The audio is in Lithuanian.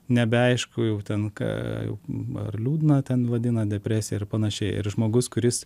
nebeaišku jau ten ką ar liūdna ten vadina depresija ir panašiai ir žmogus kuris